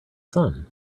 sun